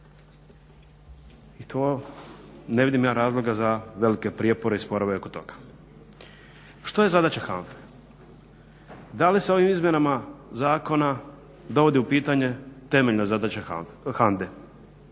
I to ne vidim razloga za velike prijepore i sporove oko toga. Što je zadaća HANDA-e? Da li se ovim izmjenama zakona dovodi u pitanje temeljna zadaća HANDA-e?